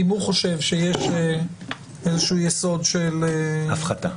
אם הוא חושב שיש איזשהו יסוד של הפחתה.